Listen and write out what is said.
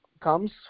comes